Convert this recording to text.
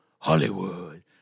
Hollywood